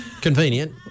convenient